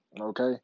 Okay